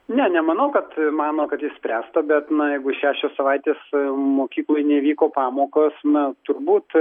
ne nemanau kad mano kad išspręsta bet na jeigu šešios savaitės mokykloj nevyko pamokos na turbūt